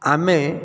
ଆମେ